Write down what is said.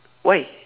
why